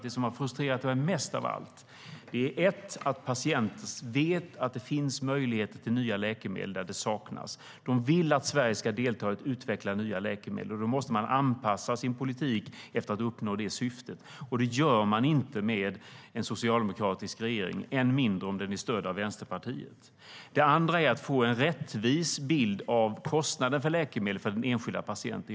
Det som har frustrerat mig mest av allt är först och främst att patienter vet att det finns möjligheter till nya läkemedel där det saknas och vill att Sverige ska delta i att utveckla nya läkemedel - och då måste man anpassa sin politik för att uppnå det syftet. Men det gör man inte med en socialdemokratisk regering, än mindre om den är stödd av Vänsterpartiet. Det andra är att få en rättvis bild av kostnaden för läkemedel för den enskilda patienten.